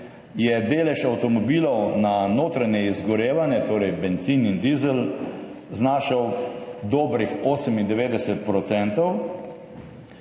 je delež avtomobilov na notranje izgorevanje, torej bencin in dizel, znašal dobrih 98